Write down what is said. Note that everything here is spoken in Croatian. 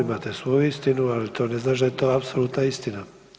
Imate svoju istinu, ali to ne znači da je to apsolutna istina.